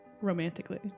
Romantically